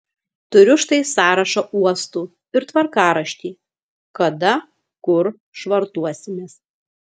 turiu štai sąrašą uostų ir tvarkaraštį kada kur švartuosimės